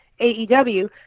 AEW